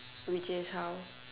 which is how